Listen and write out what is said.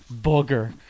Booger